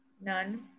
none